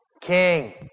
King